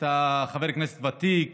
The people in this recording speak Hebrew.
אתה חבר כנסת ותיק